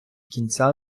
кінця